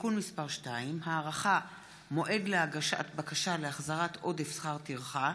(תיקון מס' 2) (הארכת מועד להגשת בקשה להחזרת עודף שכר טרחה),